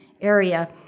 area